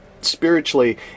spiritually